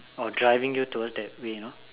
or driving you towards that way you know